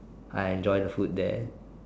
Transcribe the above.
I enjoy the food there